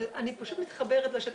אני פשוט מתחברת לשטח,